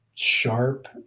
sharp